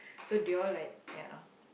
so they all like ya